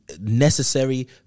necessary